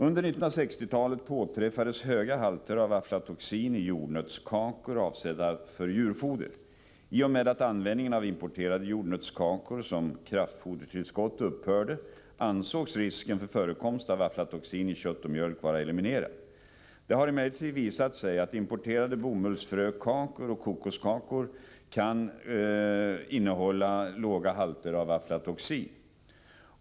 Under 1960-talet påträffades höga halter av aflatoxin i jordnötskakor avsedda för djurfoder. I och med att användningen av importerade jordnötskakor som kraftfodertillskott upphörde ansågs risken för förekomst av aflatoxin i kött och mjölk vara eliminerad. Det har emellertid visat sig att importerade bomullsfrökakor och kokoskakor kan innehålla låga halter av aflatoxin.